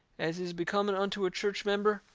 as is becoming unto a church member,